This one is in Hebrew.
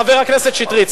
חבר הכנסת שטרית,